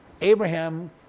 Abraham